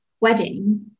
wedding